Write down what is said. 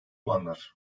olanlar